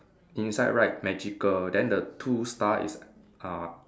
inside write magical then the two star is uh